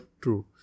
true